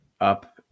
up